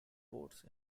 ports